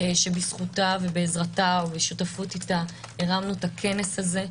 שבזכותה ובעזרתה ובשותפות איתה הרמנו את הכנס הזה,